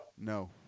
No